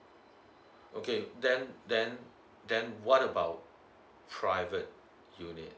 okay then then then what about private unit